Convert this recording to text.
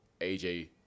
AJ